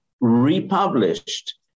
republished